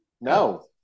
No